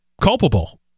culpable